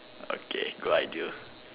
okay good idea